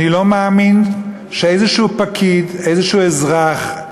אני לא מאמין שאיזה פקיד, איזה אזרח,